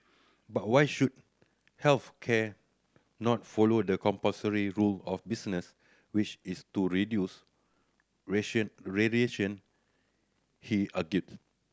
but why should health care not follow the compulsory rule of business which is to reduce variation he a did